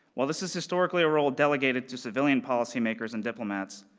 while this is historically a role delegated to civilian policy makers and diplomats,